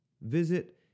visit